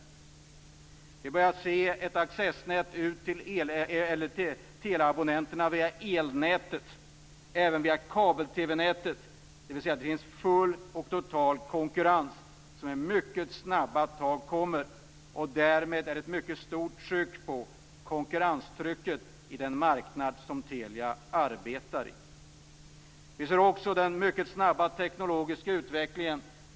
Det har börjat skapas ett accessnät till teleabonnenterna via elnätet och även via kabel-TV-nätet. Det finns full och total konkurrens. Därmed finns det ett stort konkurrenstryck på den marknad som Telia arbetar på. Vi ser också den snabba tekniska utvecklingen.